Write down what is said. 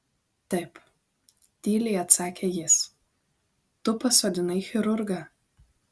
taip tyliai atsakė jis tu pasodinai chirurgą